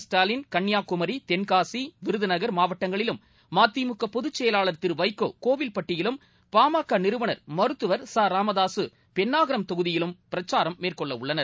ஸ்டாவின் கன்னியாகுமரி தென்காசி விருதுநகர் மாவட்டங்களிலும் மதிமுக பொதுச்செயலாளர் திரு வைகோ கோவில்பட்டியிலும் பாமக நிறுவனர் மருத்துவர் ச ராமதாக பெண்ணாகரம் தொகுதியிலும் பிரச்சாரம் மேற்கொள்ள உள்ளனர்